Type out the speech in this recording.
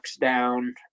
down